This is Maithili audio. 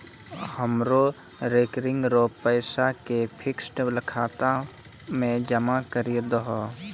हमरो रेकरिंग रो पैसा के फिक्स्ड खाता मे जमा करी दहो